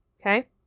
Okay